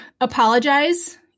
apologize